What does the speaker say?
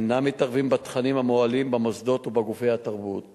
ואינם מתערבים בתכנים המועלים במוסדות ובגופי התרבות